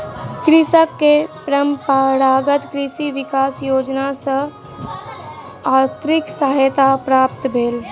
कृषक के परंपरागत कृषि विकास योजना सॅ आर्थिक सहायता प्राप्त भेल